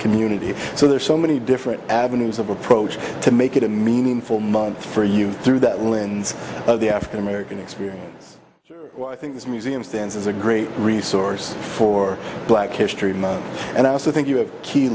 community so there are so many different avenues of approach to make it a meaningful month for you through that lens of the african american experience i think this museum stands as a great resource for black history month and i also think you have key